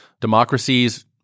democracies